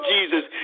Jesus